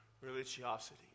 religiosity